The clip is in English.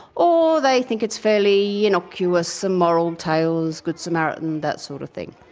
or they think it's fairly innocuous, some moral tales, good samaritan, that sort of thing.